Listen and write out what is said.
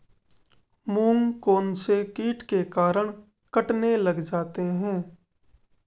मूंग कौनसे कीट के कारण कटने लग जाते हैं?